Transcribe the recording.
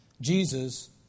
Jesus